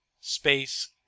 space